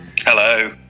Hello